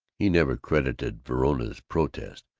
he never credited verona's protest,